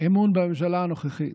אמון בממשלה הנוכחית,